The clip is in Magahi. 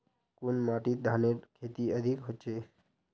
कुन माटित धानेर खेती अधिक होचे?